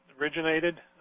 originated